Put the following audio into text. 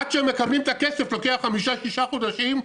עד שהם מקבלים את הכסף לוקח חמישה-שישה חודשים,